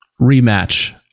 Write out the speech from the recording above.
rematch